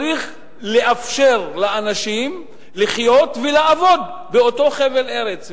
צריך לאפשר לאנשים לחיות ולעבוד באותו חבל ארץ.